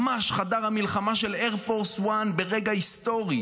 ממש חדר המלחמה של Air Force 1 ברגע היסטורי.